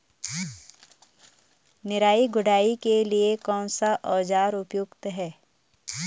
निराई गुड़ाई के लिए कौन सा औज़ार उपयुक्त है?